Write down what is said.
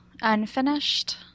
unfinished